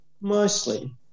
mostly